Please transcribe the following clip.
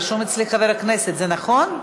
רשום אצלי חבר הכנסת, זה נכון?